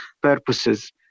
purposes